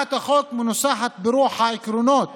הצעת החוק מנוסחת ברוח העקרונות